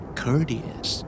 courteous